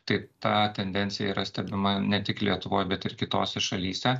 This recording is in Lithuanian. tai ta tendencija yra stebima ne tik lietuvoj bet ir kitose šalyse